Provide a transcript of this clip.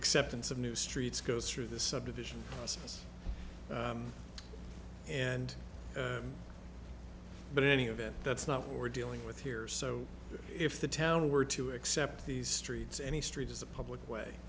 acceptance of new streets goes through this subdivision and but any of it that's not what we're dealing with here so if the town were to accept these streets any street as a public way